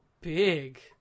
big